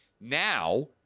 Now